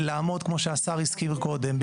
לעמוד כמו שהשר הזכיר קודם,